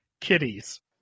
kitties